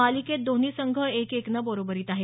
मालिकेत दोन्ही संघ एक एकनं बरोबरीत आहेत